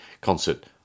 concert